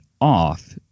off